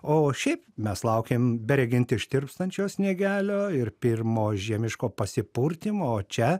o šiaip mes laukėm beregint ištirpstančio sniegelio ir pirmo žiemiško pasipurtymo o čia